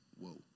Whoa